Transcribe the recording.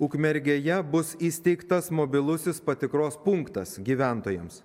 ukmergėje bus įsteigtas mobilusis patikros punktas gyventojams